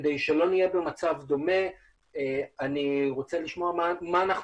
כדי שלא נהיה במצב דומה אני רוצה לשמוע מה אנחנו